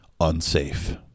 unsafe